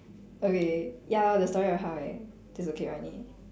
okay ya lor the story of how I dislocate my knee